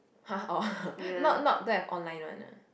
!huh! oh not not don't have online one ah